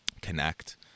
connect